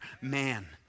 Man